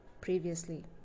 previously